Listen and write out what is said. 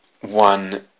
One